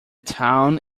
town